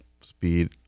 speed